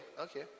okay